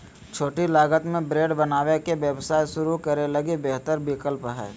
छोटी लागत में ब्रेड बनावे के व्यवसाय शुरू करे लगी बेहतर विकल्प हइ